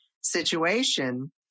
situation